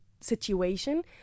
situation